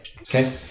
okay